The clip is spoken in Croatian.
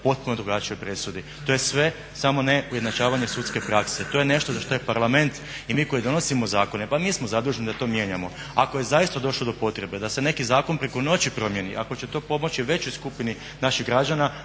potpuno drugačijoj presudi. To je sve samo ne ujednačavanje sudske prakse. To je nešto za što je Parlament i mi koji donosimo zakone, pa mi smo zaduženi da to mijenjamo. Ako je zaista došlo do potrebe da se neki zakon preko noći promjeni, ako će to pomoći većoj skupini naših građana,